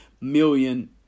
million